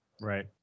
Right